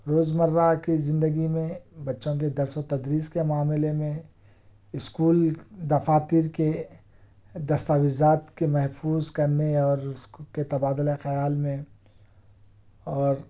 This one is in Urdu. روزمرہ کی زندگی میں بچوں کے درس و تدریس کے معاملے میں اسکول دفاتر کے دستاویزات کے محفوظ کرنے اور اس کے تبادلۂ خیال میں اور